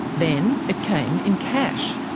then, it came in cash.